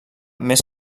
més